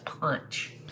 punch